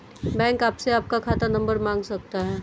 bank आपसे आपका खाता नंबर मांग सकता है